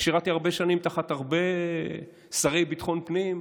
אני שירתי הרבה שנים תחת הרבה שרי ביטחון פנים,